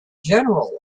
general